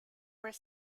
were